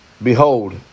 Behold